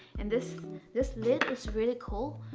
and this this lid is really cool.